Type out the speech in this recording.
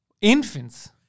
Infants